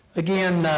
again,